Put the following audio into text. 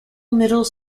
middle